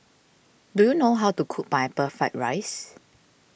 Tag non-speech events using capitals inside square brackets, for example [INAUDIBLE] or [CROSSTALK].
do you know how to cook [UNINTELLIGIBLE] Fried Rice